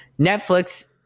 Netflix